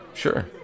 Sure